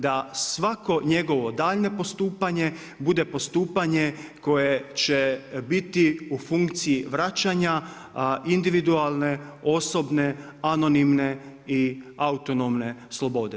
Da, svako njegovo daljnje postupanje, bude postupanje koje će biti u funkciji vraćanja, individualne, osobne, anonimne i autonomne slobode.